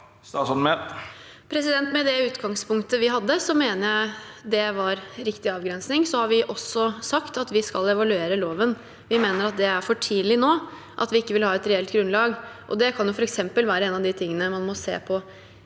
Med det utgangs- punktet vi hadde, mener jeg det var en riktig avgrensning. Vi har også sagt at vi skal evaluere loven. Vi mener det er for tidlig nå, at vi ikke vil ha et reelt grunnlag, og dette kan f.eks. være noe av det man må se på